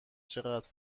چقدر